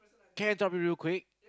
can I interrupt you real quick